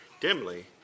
dimly